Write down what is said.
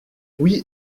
oui